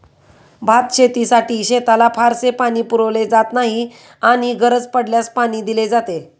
भातशेतीसाठी शेताला फारसे पाणी पुरवले जात नाही आणि गरज पडल्यास पाणी दिले जाते